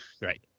Right